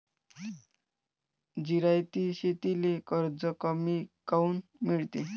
जिरायती शेतीले कर्ज कमी काऊन मिळते?